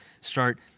start